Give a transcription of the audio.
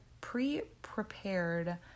Pre-prepared